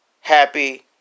happy